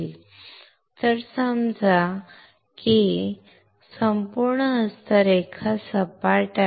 तर समजा की हा संपूर्ण हस्तरेखा सपाट आहे